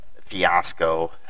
Fiasco